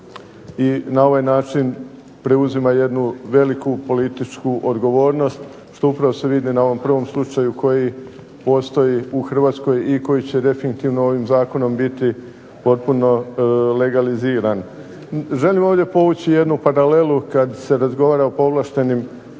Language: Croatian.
i na ovaj način preuzima jednu veliku političku odgovornost što upravo se vidi na ovom prvom slučaju koji postoji u Hrvatskoj i koji će definitivno ovim zakonom biti potpuno legaliziran. Želim ovdje povući jednu paralelu kad se razgovara o povlaštenim